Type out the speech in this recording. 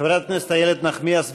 חברת הכנסת איילת נחמיאס ורבין,